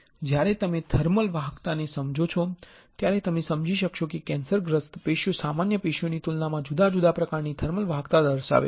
જ્યારે તમે થર્મલ વાહકતાને સમજો છો ત્યારે તમે સમજી શકશો કે કેન્સરગ્રસ્ત પેશીઓ સામાન્ય પેશીઓની તુલનામાં જુદા જુદા પ્રકારની થર્મલ વાહકતા દર્શાવે છે